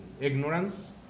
ignorance